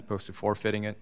opposed to forfeit